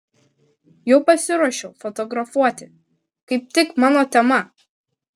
jau pasiruošiau fotografuoti kaip tik mano tema